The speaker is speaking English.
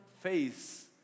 face